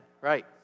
Right